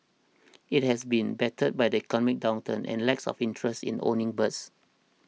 it has also been battered by the economic downturn and lacks of interest in owning birds